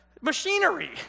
machinery